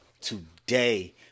today